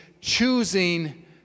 choosing